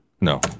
No